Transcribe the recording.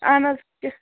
اہن حظ